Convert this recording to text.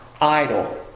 idle